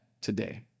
today